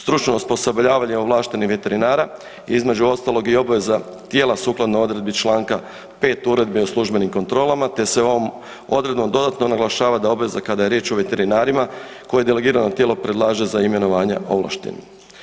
Stručno osposobljavanje ovlaštenih veterinara između ostalog i obaveza tijela sukladno odredbi Članka 5. Uredbe o službenim kontrolama te se ovom odredbom dodatno naglašava da obveza kada je riječ o veterinarima koje delegirano tijelo predlaže za imenovanje ovlaštenim.